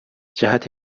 جهت